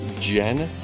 jen